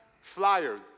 Flyers